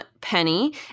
Penny